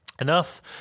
Enough